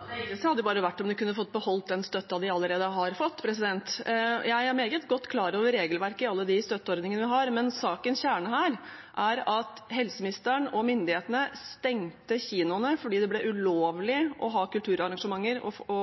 hadde jo vært om de bare kunne fått beholde den støtten de allerede har fått. Jeg er meget godt klar over regelverket i alle de støtteordningene vi har, men sakens kjerne her er at helseministeren og myndighetene stengte kinoene fordi det ble ulovlig å ha kulturarrangementer